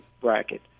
bracket